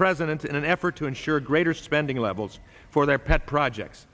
president in an effort to ensure greater spending levels for their pet projects